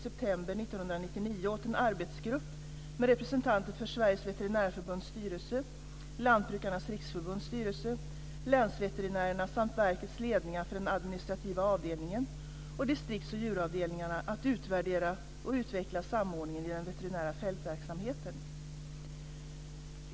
1999 åt en arbetsgrupp med representanter för Sveriges veterinärförbunds styrelse, Lantbrukarnas Riksförbunds styrelse, länsveterinärerna samt verkets ledningar för den administrativa avdelningen och distrikts och djuravdelningarna att utvärdera och utveckla samordningen i den veterinära fältverksamheten.